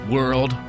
World